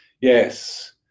yes